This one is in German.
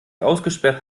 ausgesperrt